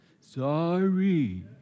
Sorry